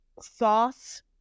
sauce